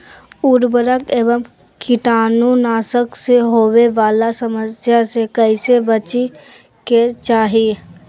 उर्वरक एवं कीटाणु नाशक से होवे वाला समस्या से कैसै बची के चाहि?